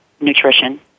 nutrition